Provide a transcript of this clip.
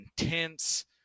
intense